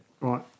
Right